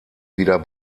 wieder